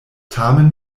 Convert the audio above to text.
tamen